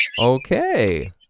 Okay